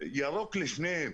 ולשניהם